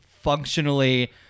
functionally